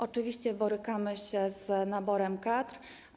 Oczywiście borykamy się z naborem kadr.